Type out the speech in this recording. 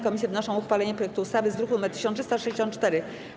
Komisje wnoszą o uchwalenie projektu ustawy z druku nr 1364.